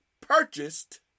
purchased